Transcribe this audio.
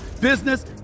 business